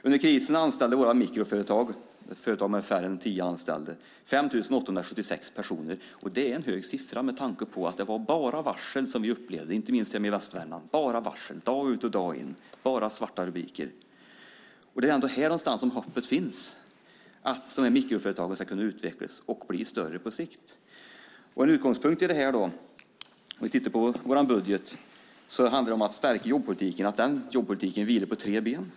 Under krisen anställde våra mikroföretag - företag med färre än tio anställda - 5 876 personer. Det är en hög siffra med tanke på att vi bara upplevde varsel dag ut och dag in, inte minst hemma i västra Värmland. Det var bara svarta rubriker. Det är ändå här någonstans hoppet finns för mikroföretagens möjligheter att utvecklas och på sikt bli större. När det gäller vår budget är en utgångspunkt att stärka jobbpolitiken, att den vilar på tre ben.